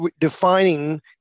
defining